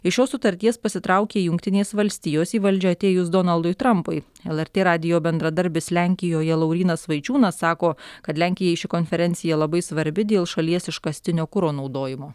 iš šios sutarties pasitraukė jungtinės valstijos į valdžią atėjus donaldui trampui lrt radijo bendradarbis lenkijoje laurynas vaičiūnas sako kad lenkijai ši konferencija labai svarbi dėl šalies iškastinio kuro naudojimo